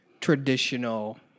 traditional